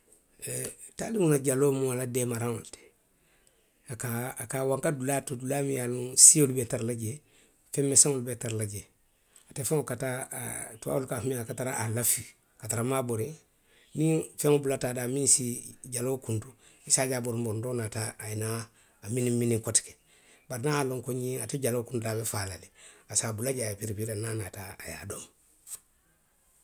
Taaliŋo la jaloo mu a la deemaraŋo le ti. A ka, a ka, a ka a wanka dulaa le to dulaa miŋ ye a loŋ siolu be tara la jee, feŋ meseŋolu be tara la jee. a te faŋo ka taa, aaa, tubaaboolu ka a fo ňaamiŋ a ka tara a lafuu, a ka tara maabooriŋ. Niŋ feŋo bulata a daa miŋ si jaloo kuntu, a se a je a borinborintoo naata a ye naa a miniminiŋ koteke bari niŋ a ye a loŋ ko ňiŋ ate jaloo kuntu la a be faa la le a se a bula jee a ye wiriwiri niŋ a naata a ye a domo,.